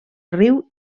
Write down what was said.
riu